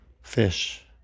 fish